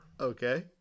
Okay